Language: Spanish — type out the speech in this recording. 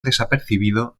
desapercibido